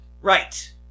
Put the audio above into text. Right